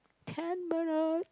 ten minutes